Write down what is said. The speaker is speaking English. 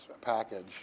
package